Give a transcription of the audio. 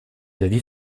avis